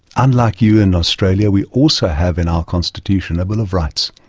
unlike you in australia, we also have in our constitution a bill of rights,